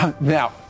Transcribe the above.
Now